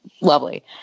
lovely